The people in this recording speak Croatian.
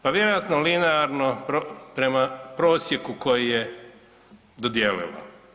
Pa vjerojatno linearno prema prosjeku koji je dodijelila.